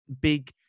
big